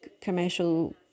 commercial